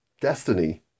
destiny